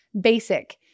basic